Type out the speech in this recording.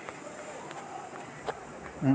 बचत खाता अऊ स्थानीय जेमा खाता में कोस अंतर आय?